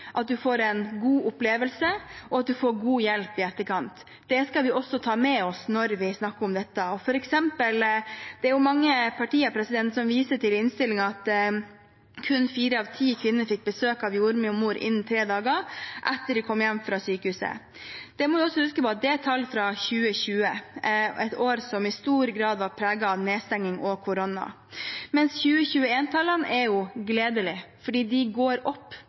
at man får en god opplevelse, og at man får god hjelp i etterkant. Det skal vi også ta med oss når vi snakker om dette. Det er f.eks. mange partier som i innstillingen viser til at kun fire av ti kvinner fikk besøk av jordmor innen tre dager etter at de kom hjem fra sykehuset. Da må vi huske på at det er tall fra 2020, et år som i stor grad var preget av nedstenging og korona. 2021-tallene er gledelige, for de går opp.